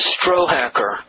Strohacker